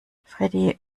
freddie